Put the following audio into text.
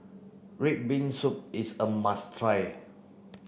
red bean soup is a must try